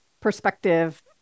perspective